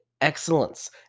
excellence